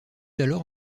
alors